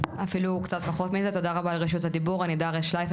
אני דריה שלייפר,